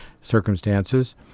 circumstances